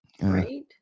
right